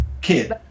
kid